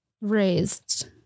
raised